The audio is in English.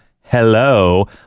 Hello